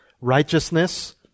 righteousness